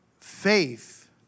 faith